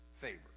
favor